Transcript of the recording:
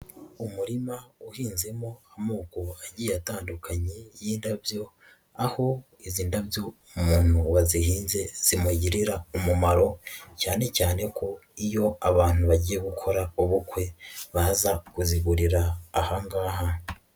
Umurima uhinzemo amoko agiye atandukanye y'indabyo, aho izi ndabyo umuntu wadehinze zimugirira umumaro cyane cyane ko iyo abantu bagiye gukora ubukwe, baza kuzigurira aha ngaha.